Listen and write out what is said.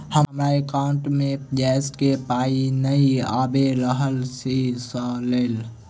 हमरा एकाउंट मे गैस केँ पाई नै आबि रहल छी सँ लेल?